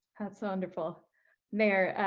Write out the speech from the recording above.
that's ah wonderful mayor.